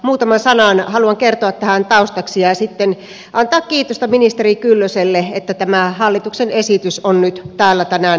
muutaman sanan haluan kertoa tähän taustaksi ja sitten antaa kiitosta ministeri kyllöselle että tämä hallituksen esitys on nyt täällä tänään käsiteltävänä